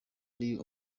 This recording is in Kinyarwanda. ari